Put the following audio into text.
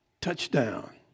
Touchdown